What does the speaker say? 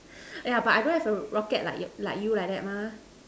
yeah but I don't have a rocket like you like you like that mah